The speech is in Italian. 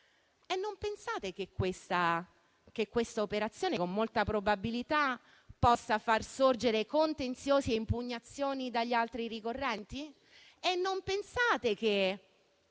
Non pensate che questa operazione con molta probabilità possa far sorgere contenziosi e impugnazioni da parte degli altri ricorrenti?